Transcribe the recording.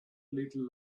little